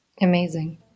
Amazing